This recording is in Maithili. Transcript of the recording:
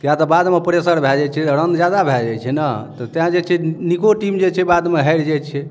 किए तऽ बादमे प्रेसर भऽ जाइ छै रन जादा भऽ जाइ छै ने तऽ तै जे छै नीको टीम जे छै बादमे हारि जाइ छै